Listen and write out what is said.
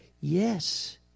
Yes